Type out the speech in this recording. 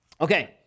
Okay